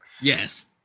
Yes